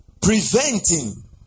preventing